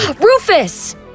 Rufus